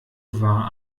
war